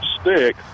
stick